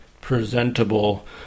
presentable